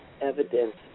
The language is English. Evidence